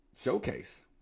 Showcase